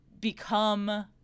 become